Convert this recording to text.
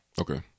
Okay